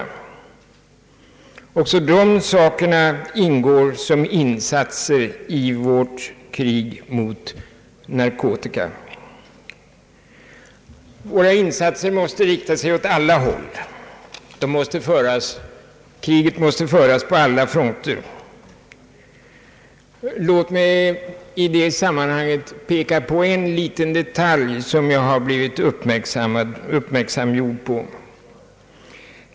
Även dessa åtgärder ingår som led i vårt krig mot narkotika. Våra insatser måste riktas åt alla håll; kriget måste föras på alla fronter. Låt mig i detta sammanhang peka på en liten detalj som jag har blivit uppmärksamgjord på!